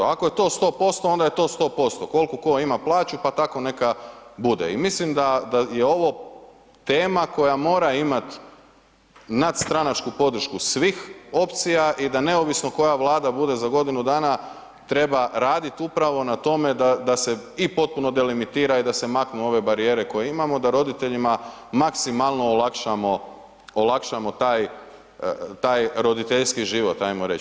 Ako je to 100%, onda je to 100%. koliko tko ima plaću pa tako neka bude i mislim da je ovo tema koja mora imati nadstranačku podršku svih opcija i da neovisno koja Vlada bude za godinu dana, treba raditi upravo na tome da se i potpuno delimitira i da se maknu ove barijere koje imamo da roditeljima maksimalno olakšamo taj roditeljski život, hajmo reći.